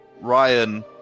Ryan